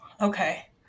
Okay